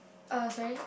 uh sorry